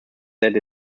that